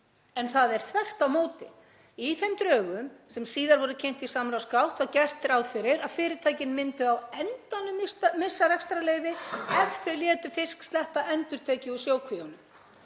En það er þvert á móti. Í þeim drögum sem síðar voru kynnt í samráðsgátt var gert ráð fyrir að fyrirtækin myndu á endanum missa rekstrarleyfi ef þau létu fisk sleppa endurtekið úr sjókvíum.